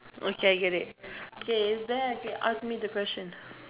okay I get it okay is there any ask me the question